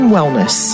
Wellness